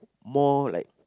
more like